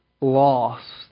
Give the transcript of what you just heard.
lost